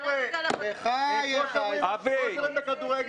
איזה זלזול.